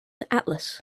atlas